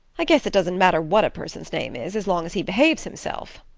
i guess it doesn't matter what a person's name is as long as he behaves himself,